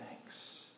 thanks